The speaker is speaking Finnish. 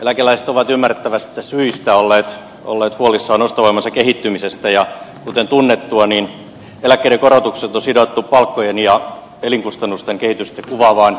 eläkeläiset ovat ymmärrettävistä syistä olleet huolissaan ostovoimansa kehittymisestä ja kuten tunnettua eläkkeiden korotukset on sidottu palkkojen ja elinkustannusten kehitystä kuvaavaan kiisteltyyn indeksiin